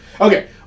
Okay